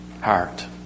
heart